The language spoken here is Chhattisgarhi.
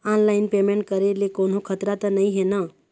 ऑनलाइन पेमेंट करे ले कोन्हो खतरा त नई हे न?